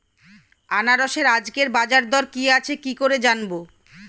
আনারসের আজকের বাজার দর কি আছে কি করে জানবো?